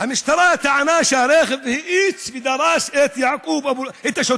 המשטרה טענה שהרכב האיץ ודרס את השוטר,